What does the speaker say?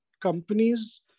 companies